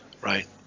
right